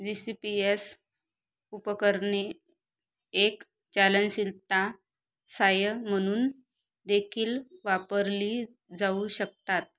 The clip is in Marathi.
जी सी पी एस उपकरणे एक चलनशीलता साह्य म्हणून देखील वापरली जाऊ शकतात